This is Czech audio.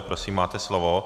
Prosím, máte slovo.